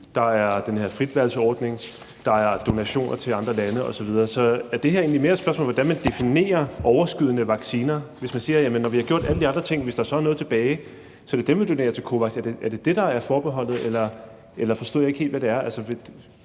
der er den her fritvalgsordning, der er donationer til andre lande osv., så er det her egentlig mere et spørgsmål om, hvordan man definerer overskydende vacciner? Hvis man siger, at når vi har gjort alle de andre ting, og der så er noget tilbage, er det dem, vi donerer til COVAX. Er det det, der er forbeholdet, eller forstod jeg ikke helt, hvad det er?